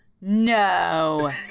No